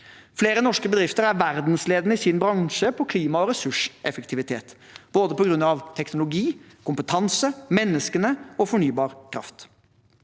Flere norske bedrifter er verdensledende i sin bransje på klima- og ressurseffektivitet på grunn av både teknologi, kompetanse, menneskene og fornybar kraft.